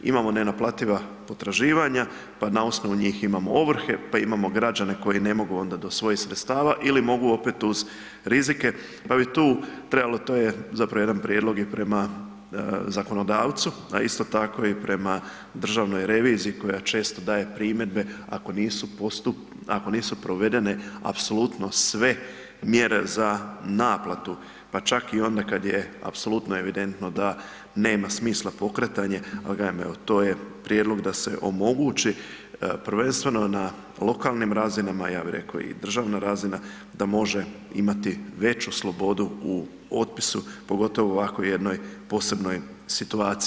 Imamo nenaplativa potraživanja, pa na osnovu njih imamo ovrhe, pa imamo građane koji ne mogu onda do svojih sredstava ili mogu opet uz rizike, pa bi tu trebalo, to je zapravo jedan prijedlog i prema zakonodavcu, a isto tako i prema državnoj reviziji koja često daje primjedbe ako nisu provedene apsolutno sve mjere za naplatu, pa čak i onda kad je apsolutno evidentno da nema smisla pokretanje, al kažem evo to je prijedlog da se omogući prvenstveno na lokalnim razinama, ja bi reko i državna razina, da može imati veću slobodu u otpisu, pogotovo u ovakvoj jednoj posebnoj situaciji.